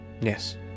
Yes